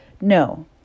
No